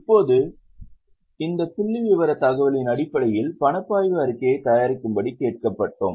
இப்போது இந்த புள்ளிவிவரத் தகவலின் அடிப்படையில் பணப்பாய்வு அறிக்கையைத் தயாரிக்கும்படி கேட்கப்பட்டோம்